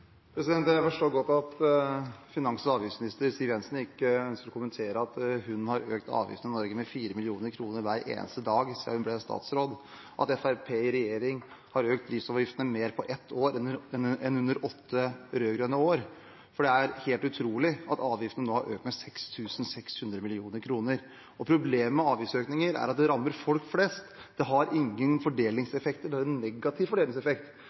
Jeg forstår godt at finans- og avgiftsminister Siv Jensen ikke ønsker å kommentere at hun har økt avgiftene i Norge med 4 mill. kr hver eneste dag siden hun ble statsråd, og at Fremskrittspartiet i regjering har økt dieselavgiftene mer på ett år enn under åtte rød-grønne år, for det er helt utrolig at avgiftene nå har økt med 6 600 mill. kr. Og problemet med avgiftsøkninger er at det rammer folk flest. Det har ingen fordelingseffekter; det har en negativ fordelingseffekt,